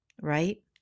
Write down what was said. right